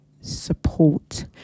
support